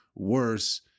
worse